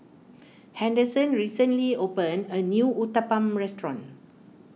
Henderson recently opened a new Uthapam restaurant